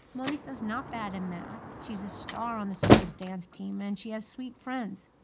manisha's not bad in math. she's a star on the school's dance team, and she has sweet friends.